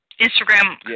Instagram